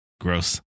Gross